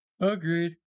Agreed